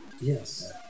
Yes